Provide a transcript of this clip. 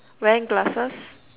wearing glasses